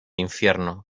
infierno